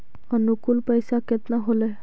अनुकुल पैसा केतना होलय